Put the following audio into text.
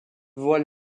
voile